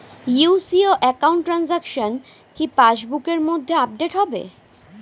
UCO account transaction কি pass বুকের মধ্যে আপডেট হবে?